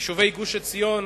יישובי גוש-עציון,